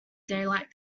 daylight